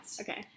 Okay